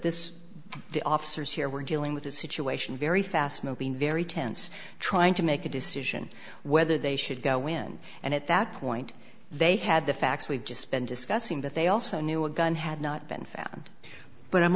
this the officers here were dealing with a situation very fast moving very tense trying to make a decision whether they should go in and at that point they had the facts we've just been discussing that they also knew a gun had not been found but i'm